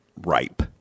ripe